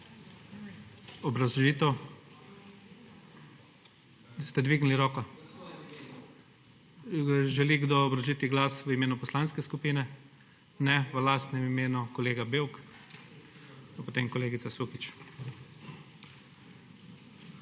Obrazložitev, ste dvignili roko? Želi kdo obrazložiti glas v imenu poslanske skupine? Ne. V lastnem imenu, kolega Bevk, pa potem kolegica Sukič.